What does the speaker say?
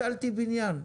הצלתי בניין.